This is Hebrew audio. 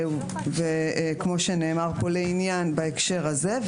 וכמו שנאמר פה, לעניין בהקשר הזה.